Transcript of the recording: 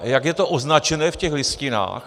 Jak je to označené v těch listinách?